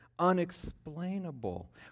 unexplainable